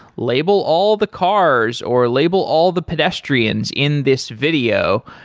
label all the cars or label all the pedestrians in this video.